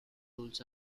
rules